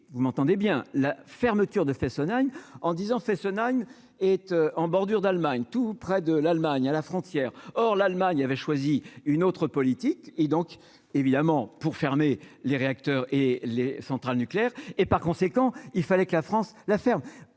Vous m'entendez bien, la fermeture de Fessenheim en disant, Fessenheim et tu en bordure d'Allemagne, tout près de l'Allemagne à la frontière, or l'Allemagne avait choisi une autre politique et donc évidemment pour fermer les réacteurs et les centrales nucléaires et, par conséquent, il fallait que la France, l'affaire